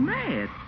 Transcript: mad